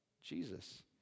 Jesus